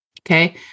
Okay